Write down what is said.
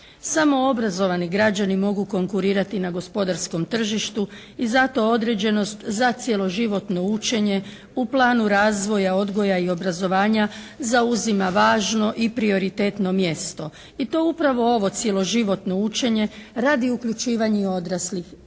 Samo obrazovani građani mogu konkurirati na gospodarskom tržištu i zato određenost zacijelo životno učenje u planu razvoja odgoja i obrazovanja zauzima važno i prioritetno mjesto i to upravo ovo cjeloživotno učenje radi uključivanja i odraslih